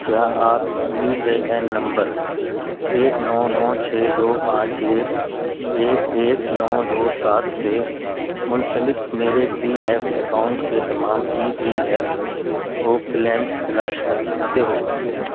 کیا آپ U A N نمبر ایک نو نو چھے دو پانچ ایک ایک ایک نو دو سات سے منسلک میرے پی ایف اکاؤنٹ کے تمام E P F O claims تلاش کر سکتے ہو